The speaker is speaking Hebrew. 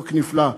חוק נפלא,